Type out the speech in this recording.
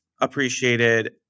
appreciated